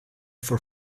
for